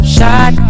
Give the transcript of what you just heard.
Shot